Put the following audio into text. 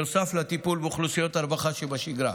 נוסף על הטיפול באוכלוסיות הרווחה שבשגרה.